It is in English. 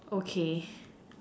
okay